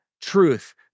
truth